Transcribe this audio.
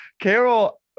Carol